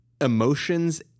emotions